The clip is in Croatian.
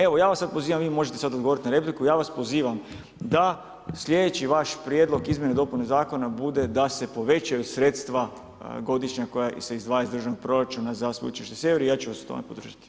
Evo, ja vas sad pozivam, vi možete sad odgovoriti na repliku, ja vas pozivam da slijedeći vaš prijedlog izmjene i dopune zakona bude da se povećaju sredstva godišnja koja se izdvajaju iz državnog proračuna za sveučilište Sjever i ja ću vas u tome podržati.